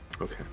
Okay